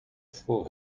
for